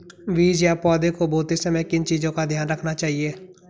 बीज या पौधे को बोते समय किन चीज़ों का ध्यान रखना चाहिए?